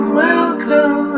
welcome